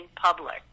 public